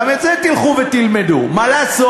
גם את זה תלכו ותלמדו, מה לעשות.